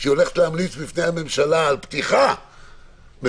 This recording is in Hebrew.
שהיא הולכת להמליץ בפני הממשלה על פתיחה מבוקרת,